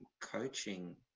coaching